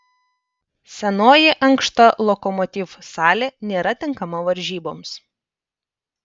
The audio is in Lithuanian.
senoji ankšta lokomotiv salė nėra tinkama varžyboms